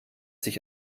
sich